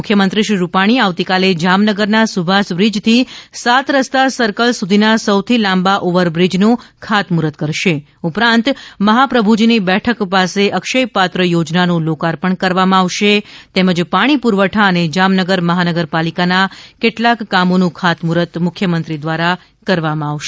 મુખ્યમંત્રીશ્રી રૂપાણી આવતીકાલે જામનગરના સુભાષબ્રિજથી સાત રસ્તા સર્કલ સુધીના સૌથી લાંબા ઓવરબ્રિજનું ખાતમુફર્ત કરશે ઉપરાંત મહાપ્રભુજીની બેઠક પાસે અક્ષયપાત્ર યોજનાનુ લોકાર્પણ કરવામાં આવશે તેમજ પાણી પુરવઠા અને જામનગર મહાનગરપાલિકાના કેટલાક કામોનું ખાતમુહૂર્ત મુખ્યમંત્રી દ્વારા કરવામાં આવશે